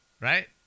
Right